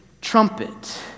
trumpet